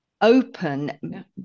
open